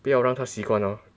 不要让他习惯了